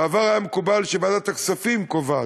בעבר היה מקובל שוועדת הכספים קובעת,